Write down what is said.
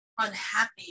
unhappy